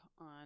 on